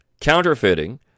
counterfeiting